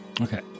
Okay